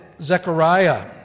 Zechariah